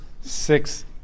six